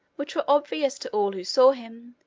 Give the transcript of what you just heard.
which were obvious to all who saw him,